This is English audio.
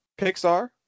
pixar